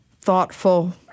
thoughtful